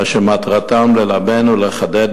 אשר מטרתן ללבן ולחדד,